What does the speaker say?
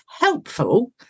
helpful